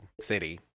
city